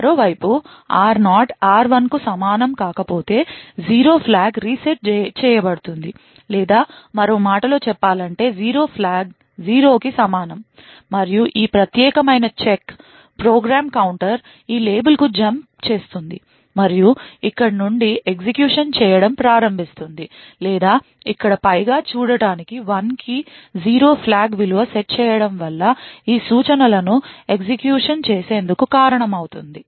మరోవైపు r0 r1 కు సమానం కాకపోతే 0 ఫ్లాగ్ రీసెట్ చేయబడుతుంది లేదా మరో మాటలో చెప్పాలంటే 0 ఫ్లాగ్ 0 కి సమానం మరియు ఈ ప్రత్యేకమైన చెక్ ప్రోగ్రామ్ కౌంటర్ ఈ లేబుల్కు జంప్ చేస్తుంది మరియు ఇక్కడ నుండి ఎగ్జిక్యూషన్ చేయడం ప్రారంభిస్తుంది లేదా ఇక్కడ పైగా చూడటానికి 1 కి 0 ఫ్లాగ్ విలువ సెట్ చేయడం వల్ల ఈ సూచనలను ఎగ్జిక్యూషన్ చేసేందుకు కారణమౌతుంది